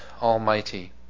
Almighty